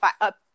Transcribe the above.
up